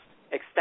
extend